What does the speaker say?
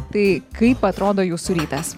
tai kaip atrodo jūsų rytas